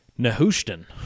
Nehushtan